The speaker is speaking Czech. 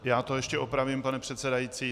Já to ještě opravím, pane předsedající.